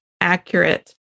accurate